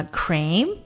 cream